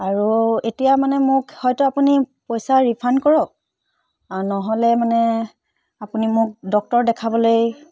আৰু এতিয়া মানে মোক হয়তো আপুনি পইচা ৰিফাণ্ড কৰক আৰু নহ'লে মানে আপুনি মোক ডক্তৰ দেখাবলৈ